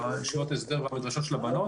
ישיבות ההסדר והמדרשות של הבנות.